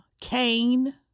Cain